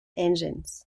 engines